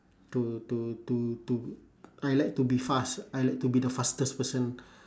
to to to to I like to be fast I like to be the fastest person